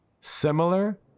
similar